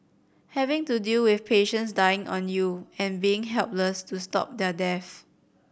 have to deal with patients dying on you and being helpless to stop their deaths